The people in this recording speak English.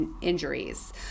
injuries